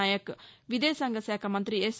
నాయక్ విదేశాంగ శాఖ మంతి ఎస్